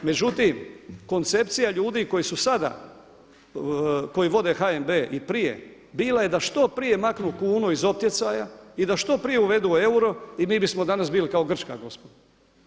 Međutim, koncepcija ljudi koji sada vode HNB i prije bila je da što prije maknu kunu iz optjecaja i da što prije uvedu euro i mi bismo danas bili kao Grčka gospodo.